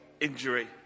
injury